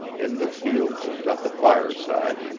in the fields and at the fireside,